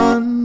One